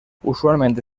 usualmente